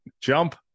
Jump